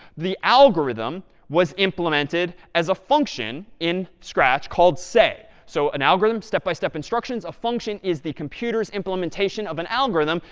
the algorithm was implemented as a function in scratch called say. so an algorithm, step by step instructions, a function is the computer's implementation of an algorithm.